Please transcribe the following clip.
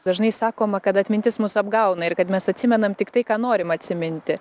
dažnai sakoma kad atmintis mus apgauna ir kad mes atsimenam tik tai ką norim atsiminti